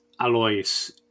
Alois